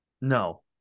No